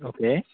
okay